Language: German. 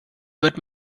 wird